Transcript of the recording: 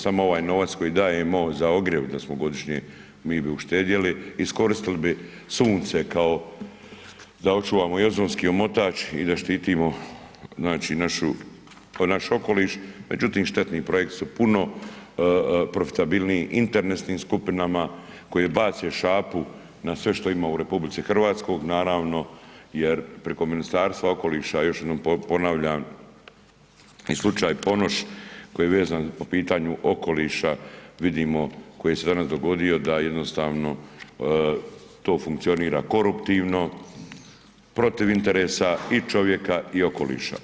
Samo ovaj novac koji MOST za ogrjev da smo godišnje mi bi uštedjeli, iskoristili bi sunce kao da očuvamo i ozonski omotač i da štitimo znači našu, naš okoliš međutim štetni projekti su puno profitabilniji interesnim skupinama koje bace šapu na sve što ima u RH naravno jer preko Ministarstva okoliša još jednom ponavljam i slučaj Ponoš koji je vezan po pitanju okoliša vidimo koji se danas dogodio da jednostavno to funkcionira koruptivno protiv interesa i čovjeka i okoliša.